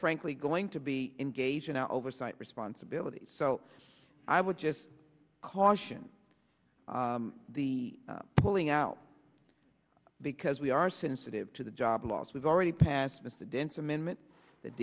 frankly going to be engaged in our oversight responsibilities so i would just caution the pulling out because we are sensitive to the job loss we've already passed this dense amendment that